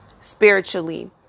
spiritually